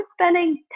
spending